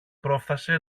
πρόφθασε